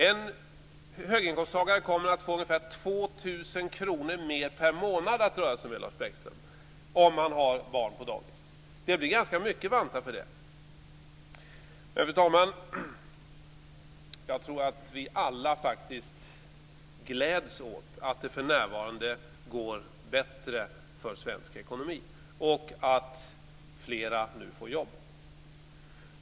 En höginkomsttagare kommer att få ungefär 2 000 kr mer per månad att röra sig med, Lars Bäckström, om han eller hon har barn på dagis. Det blir ganska många vantar för de pengarna. Fru talman! Jag tror att vi alla faktiskt gläds åt att det för närvarande går bättre för svensk ekonomi och att fler nu får jobb.